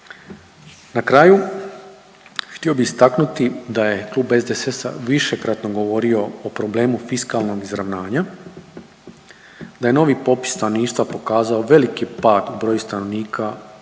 Na kraju htio bih istaknuti da je klub SDSS-a višekratno govorio o problemu fiskalnog izravnanja, da je novi popis stanovništva pokazao veliki pad u broju stanovnika na